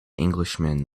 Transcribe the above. englishman